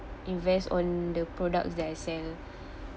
invest on the products that I sell